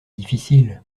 difficile